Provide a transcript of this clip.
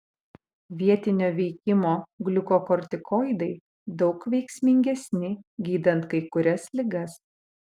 vietinio veikimo gliukokortikoidai daug veiksmingesni gydant kai kurias ligas